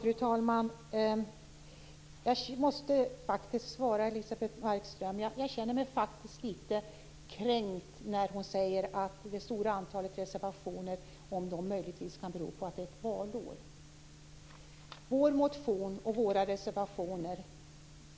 Fru talman! Jag måste faktiskt svara Elisebeht Markström. Jag känner mig litet kränkt när hon undrar om det stora antalet reservationer möjligen kan bero på att det är valår. Vår motion och våra reservationer